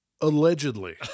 allegedly